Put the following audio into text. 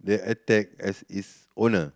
the attack as its owner